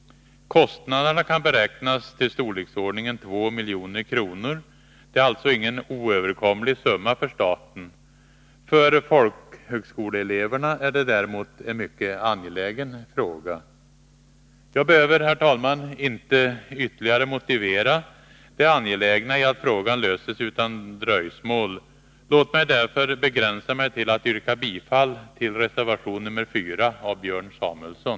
Kostnaderna kan beräknas till ca 2 milj.kr. Det är alltså ingen oöverkomlig summa för staten. För folkhögskoleeleverna är det dock en mycket angelägen fråga. Jag behöver, herr talman, inte ytterligare motivera det angelägna i att frågan löses utan dröjsmål. Låt mig därför begränsa mig till att yrka bifall till reservation nr 4 av Björn Samuelson.